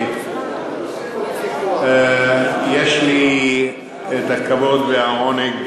יש לי הכבוד והעונג